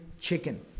chicken